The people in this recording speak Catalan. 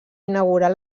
inaugurar